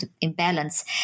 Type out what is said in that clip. imbalance